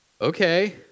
Okay